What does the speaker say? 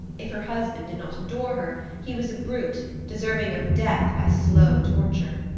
if her husband did not adore her, he was a brute, deserving of death by slow torture.